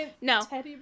no